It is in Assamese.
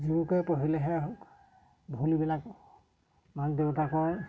জোৰকৈ পঢ়িলেহে ভুলবিলাক মাক দেউতাকৰ